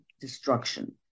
destruction